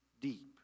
deep